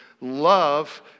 Love